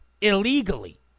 illegally